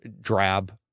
drab